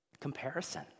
Comparison